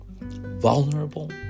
vulnerable